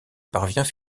parvient